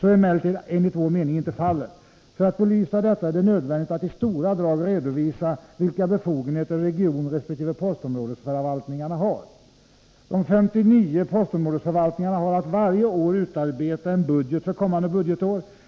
Så är emellertid enligt vår mening inte fallet. För att belysa detta är det nödvändigt att istora drag redovisa vilka befogenheter regionresp. postområdesförvalt Nr 45 ningarna har. Tisdagen den De 59 postområdesförvaltningarna har att varje år utarbeta en budget för 13 december 1983 kommande budgetår.